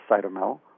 cytomel